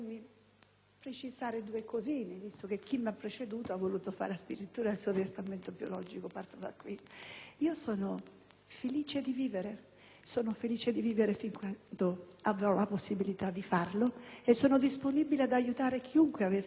precisazioni, visto che chi mi ha preceduto ha voluto fare addirittura il suo testamento biologico. Parto da questo aspetto: io sono felice di vivere fino a quando avrò la possibilità di farlo e sono disponibile ad aiutare chiunque avesse